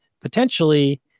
potentially